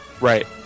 Right